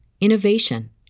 innovation